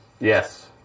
Yes